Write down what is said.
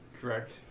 Correct